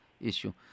issue